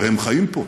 הרי הם חיים פה.